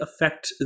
affect